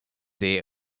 day